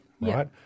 right